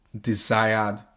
desired